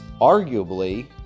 arguably